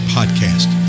Podcast